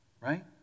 Right